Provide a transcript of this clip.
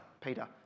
Peter